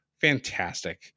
fantastic